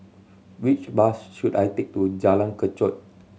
which bus should I take to Jalan Kechot